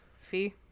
fee